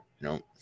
Nope